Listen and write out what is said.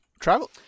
Travel